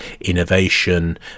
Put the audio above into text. innovation